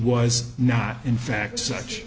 was not in fact such